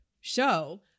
show